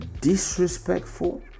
Disrespectful